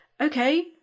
okay